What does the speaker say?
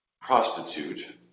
prostitute